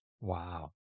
Wow